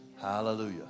hallelujah